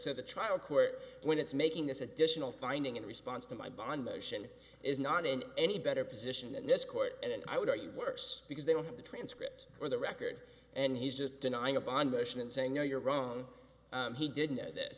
set the trial court when it's making this additional finding in response to my bond motion is not in any better position than this court and i would argue worse because they don't have the transcript or the record and he's just denying a bond motion and saying no you're wrong he didn't know th